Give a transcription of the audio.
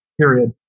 period